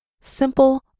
Simple